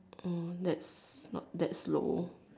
hmm that's not that's low